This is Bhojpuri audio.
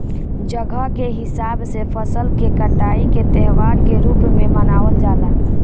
जगह के हिसाब से फसल के कटाई के त्यौहार के रूप में मनावल जला